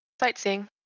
Sightseeing